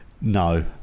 no